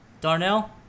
Darnell